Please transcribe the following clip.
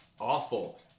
awful